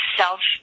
self